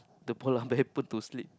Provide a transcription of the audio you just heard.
the polar bear put to sleep